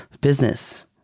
business